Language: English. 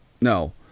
No